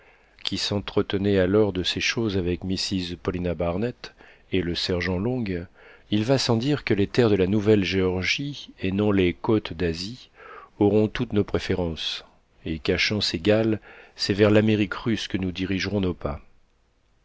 qui s'entretenait alors de ces choses avec mrs paulina barnett et le sergent long il va sans dire que les terres de la nouvelle georgie et non les côtes d'asie auront toutes nos préférences et qu'à chances égales c'est vers l'amérique russe que nous dirigerons nos pas